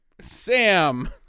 Sam